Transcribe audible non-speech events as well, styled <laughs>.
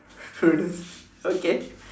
<laughs> okay